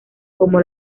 como